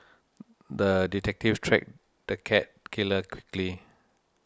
the detective tracked the cat killer quickly